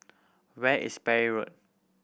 where is Parry Road